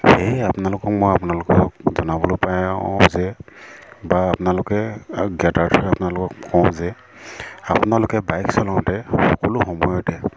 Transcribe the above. সেয়ে আপোনালোকক মই আপোনালোকক জনাবলৈ পাওঁ যে বা আপোনালোকৰ জ্ঞ্য়াতাৰ্থে আপোনালোকক কওঁ যে আপোনালোকে বাইক চলাওঁতে সকলো সময়তে